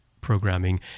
programming